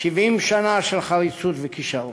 70 שנה של חריצות וכישרון.